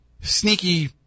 sneaky